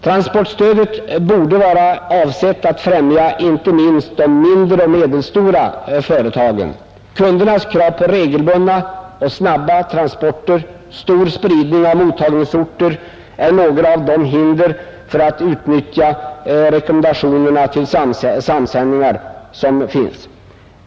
Transportstödet borde vara avsett att främja inte minst de mindre och medelstora företagen. Kundernas krav på regelbundna och snabba transporter och stor spridning av mottagningsorter är några av hindren för att kunna utnyttja rekommendationerna till samsändningar.